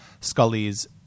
Scully's